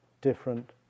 different